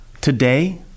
Today